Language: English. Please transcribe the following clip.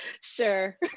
Sure